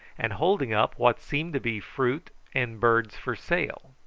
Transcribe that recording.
and holding up what seemed to be fruit and birds for sale.